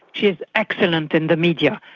she is excellent in the media.